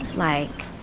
like.